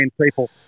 people